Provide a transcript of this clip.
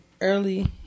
early